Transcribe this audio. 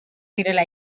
direla